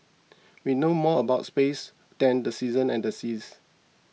we know more about space than the seasons and the seas